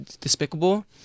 despicable